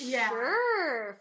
sure